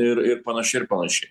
ir ir panašiai ir panašiai